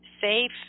safe